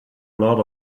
lot